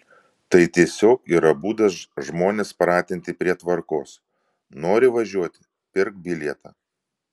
tai tiesiog yra būdas žmones pratinti prie tvarkos nori važiuoti pirk bilietą